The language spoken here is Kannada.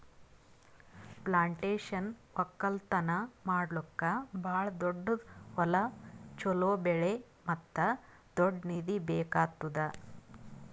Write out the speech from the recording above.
ಪ್ಲಾಂಟೇಶನ್ ಒಕ್ಕಲ್ತನ ಮಾಡ್ಲುಕ್ ಭಾಳ ದೊಡ್ಡುದ್ ಹೊಲ, ಚೋಲೋ ಬೆಳೆ ಮತ್ತ ದೊಡ್ಡ ನಿಧಿ ಬೇಕ್ ಆತ್ತುದ್